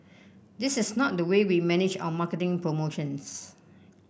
this is not the way we manage our marketing promotions